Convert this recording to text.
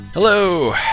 Hello